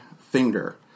finger